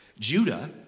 Judah